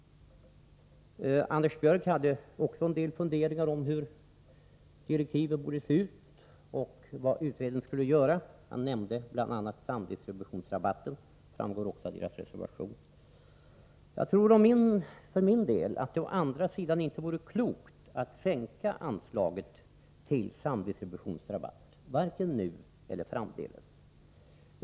Anders Björck hade en del funderingar om hur direktiven borde se ut och om vad utredningen skulle göra. Han nämnde bl.a. samdistributionsrabat ten, som också tas upp i en av de moderata reservationerna. Jag tror för min del att det inte vore klokt att sänka anslaget till samdistributionsrabatt, varken nu eller framdeles.